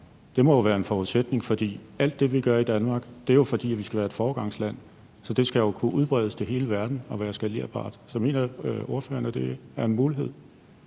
Det må være en forudsætning, for alt det, vi gør i Danmark, gør vi jo, fordi vi skal være et foregangsland. Så det skal jo kunne udbredes til hele verden og være skalerbart. Så mener ordføreren det er en mulighed?